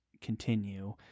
continue